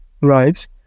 right